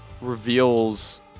reveals